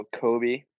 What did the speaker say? Kobe